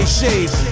shades